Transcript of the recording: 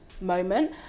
moment